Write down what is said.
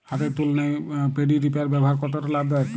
হাতের তুলনায় paddy reaper ব্যবহার কতটা লাভদায়ক?